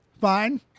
fine